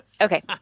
Okay